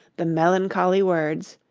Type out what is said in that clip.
the melancholy words